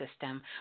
system